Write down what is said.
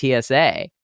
TSA